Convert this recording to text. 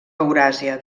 euràsia